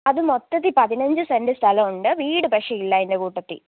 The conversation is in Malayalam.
അത് മൊത്തത്തിൽ പതിനഞ്ച് സെൻറ്റ് സ്ഥലമുണ്ട് വീട് പക്ഷേ ഇല്ല അതിൻ്റെ കൂട്ടത്തിൽ